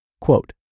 Quote